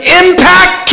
impact